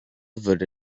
würde